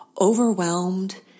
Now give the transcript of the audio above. overwhelmed